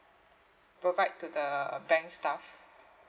provide to the bank staff